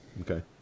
Okay